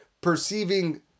perceiving